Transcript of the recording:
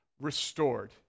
restored